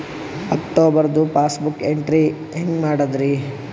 ಅಕ್ಟೋಬರ್ದು passbook entry ಹೆಂಗ್ ಮಾಡದ್ರಿ?